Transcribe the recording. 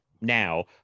now